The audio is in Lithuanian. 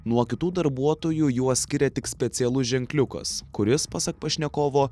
nuo kitų darbuotojų juos skiria tik specialus ženkliukas kuris pasak pašnekovo